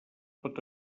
pot